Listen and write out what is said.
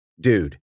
Dude